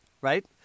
right